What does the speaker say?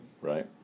right